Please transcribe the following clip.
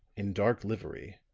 in dark livery,